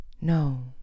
No